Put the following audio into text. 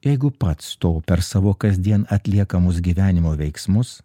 jeigu pats to per savo kasdien atliekamus gyvenimo veiksmus